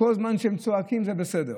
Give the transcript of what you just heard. כל זמן שהם צועקים זה בסדר,